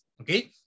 Okay